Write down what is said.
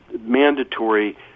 mandatory